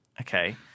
okay